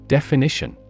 Definition